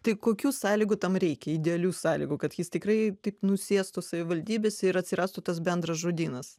tai kokių sąlygų tam reikia idealių sąlygų kad jis tikrai taip nusėstų savivaldybėse ir atsirastų tas bendras žodynas